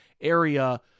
area